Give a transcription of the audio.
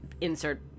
insert